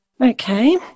Okay